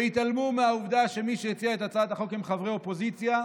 והתעלמו מהעובדה שמי שהציע את הצעת החוק הם חברי אופוזיציה.